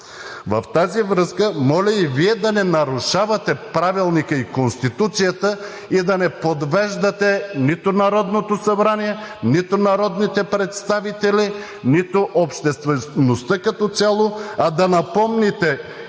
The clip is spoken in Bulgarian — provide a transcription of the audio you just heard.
В тази връзка, моля и Вие да не нарушавате Правилника и Конституцията и да не подвеждате нито Народното събрание, нито народните представители, нито обществеността като цяло, а да напомните